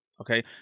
okay